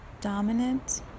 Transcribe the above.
dominant